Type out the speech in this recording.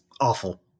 awful